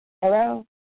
Hello